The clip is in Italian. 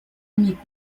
amico